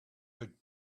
big